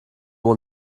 will